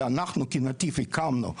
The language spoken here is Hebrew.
שאנחנו כ"נתיב" הקמנו,